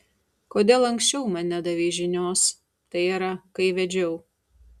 kodėl anksčiau man nedavei žinios tai yra kai vedžiau